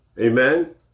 Amen